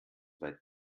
weit